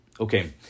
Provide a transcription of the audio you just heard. Okay